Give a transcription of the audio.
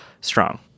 strong